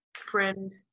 friend